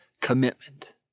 commitment